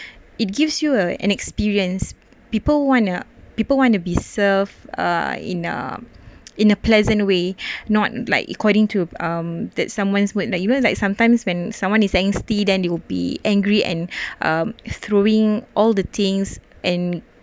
it gives you a an experienced people want a people wanna be serve uh in a in a pleasant way not like according to um that someone would like even like sometimes when someone is angsty then they will be angry and um throwing all the things and